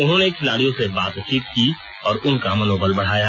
उन्होंने खिलाड़ियों से बातचीत की और उनका मनोबल बढ़ाया